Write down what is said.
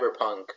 cyberpunk